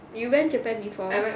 you went japan before